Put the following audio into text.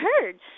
heard